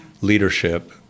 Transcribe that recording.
leadership